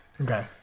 Okay